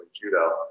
judo